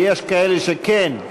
ויש כאלה שכן.